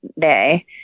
day